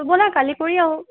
ব'লা কালি কৰি আহোঁ